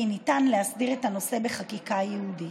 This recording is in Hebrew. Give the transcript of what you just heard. ניתן להסדיר את הנושא בחקיקה ייעודית.